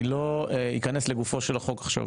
לגופו של החוק,